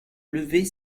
lever